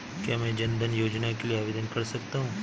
क्या मैं जन धन योजना के लिए आवेदन कर सकता हूँ?